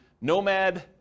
Nomad